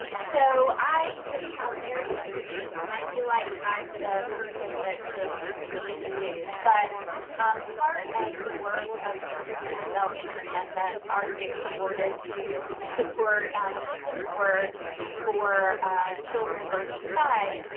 um so i just have very few things, and i feel like i'm the person that's, you know, teasing the evening news. but part of the work of the preschool development grant that our state was awarded to support systems work for children birth through five,